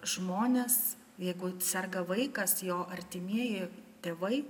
žmonės jeigu serga vaikas jo artimieji tėvai